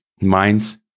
Minds